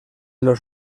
los